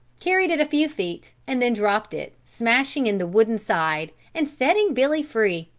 carried it a few feet and then dropped it, smashing in the wooden side and setting billy free.